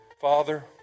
Father